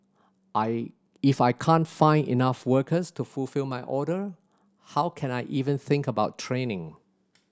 I if I can't find enough workers to fulfil my order how can I even think about training